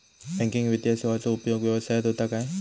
Banking वित्तीय सेवाचो उपयोग व्यवसायात होता काय?